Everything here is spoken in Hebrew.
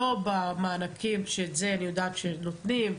לא במענקים שאני יודעת שנותנים.